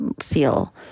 seal